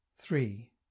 Three